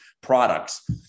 products